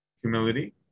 humility